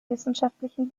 wissenschaftlichen